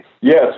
Yes